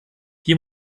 hier